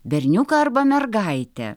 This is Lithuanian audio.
berniuką arba mergaitę